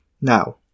Now